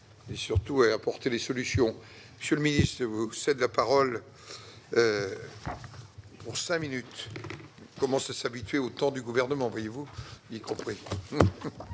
Merci,